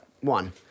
One